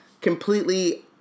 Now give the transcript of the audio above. completely